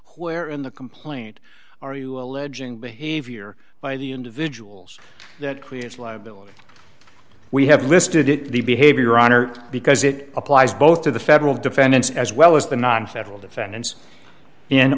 where in the complaint are you alleging behavior by the individuals that creates liability we have listed in the behavior honor because it applies both to the federal defendants as well as the nonfederal defen